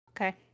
Okay